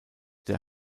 der